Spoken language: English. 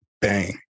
Bang